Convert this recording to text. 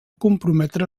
comprometre